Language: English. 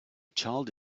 child